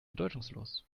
bedeutungslos